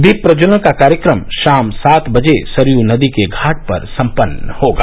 दीप प्रज्ज्वलन का कार्यक्रम शाम सात बजे सरयू नदी के घाट पर सम्पन्न होगा